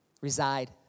reside